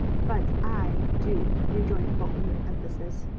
but i do, rejoined bolton with emphasis.